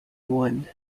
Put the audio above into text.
one